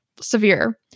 severe